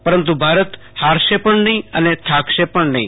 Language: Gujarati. પરંતુ ભારત હારશે પણ નહીં અને થાકશે પણ નહીં